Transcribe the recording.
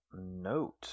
note